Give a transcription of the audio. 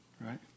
right